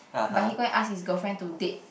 but he go and ask his girlfriend to date